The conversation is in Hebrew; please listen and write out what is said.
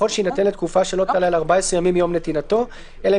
יכול שיינתן לתקופה שלא תעלה על 14 ימים מיום נתינתו אלא